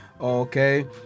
Okay